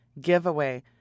giveaway